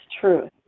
truth